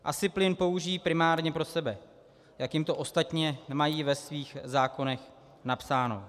Asi plyn použijí primárně pro sebe, jak to ostatně mají ve svých zákonech napsáno.